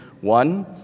One